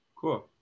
Cool